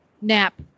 nap